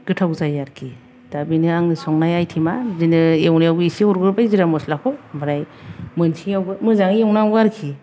गोथाव जायो आरोखि दा बेनो आंनि संनाय आइतेमा दा बिदिनो एवनायावबो एसे हरग्रोबाय जिरा मस्लाखौ ओमफ्राय मोनसैयावबो मोजाङै एवनांगौ आरोखि